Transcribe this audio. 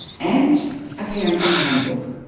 and a parenting handbook.